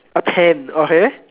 a pen okay